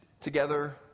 together